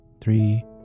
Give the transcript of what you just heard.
three